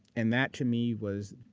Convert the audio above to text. and that to me was.